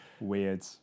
Weird